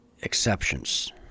exceptions